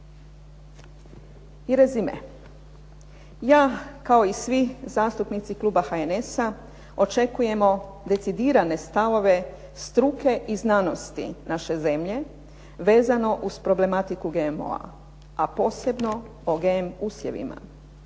I rezime. Ja kao i svi zastupnici kluba HNS-a očekujemo decidirane stavove struke i znanosti naše zemlje vezano uz problematiku GMO-a, a posebno o GM usjevima.